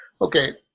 okay